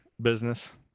business